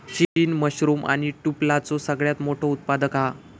चीन मशरूम आणि टुफलाचो सगळ्यात मोठो उत्पादक हा